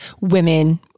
women